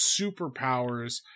superpowers